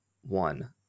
One